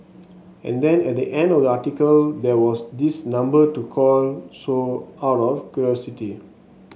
and then at the end of the article there was this number to call so out of curiosity